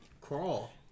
crawl